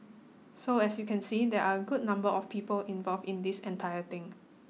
so as you can see there are good number of people involved in this entire thing